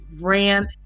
ran